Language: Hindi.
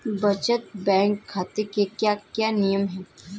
बचत बैंक खाते के क्या क्या नियम हैं?